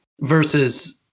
versus